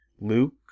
Luke